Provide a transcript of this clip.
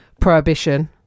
Prohibition